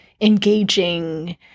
engaging